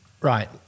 Right